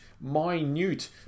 minute